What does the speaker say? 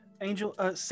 Angel